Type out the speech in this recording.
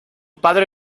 padre